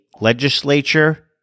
legislature